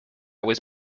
was